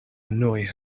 annoy